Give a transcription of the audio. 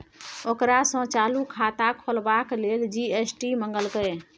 ओकरा सँ चालू खाता खोलबाक लेल जी.एस.टी मंगलकै